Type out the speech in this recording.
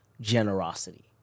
generosity